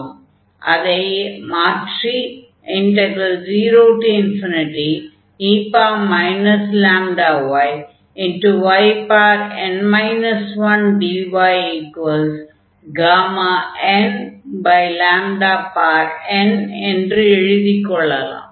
அதை மாற்றி 0e λyyn 1dyΓnn என்று எழுதிக் கொள்ளலாம்